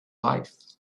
life